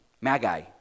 Magi